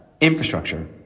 infrastructure